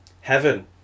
heaven